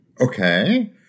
Okay